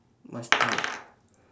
must take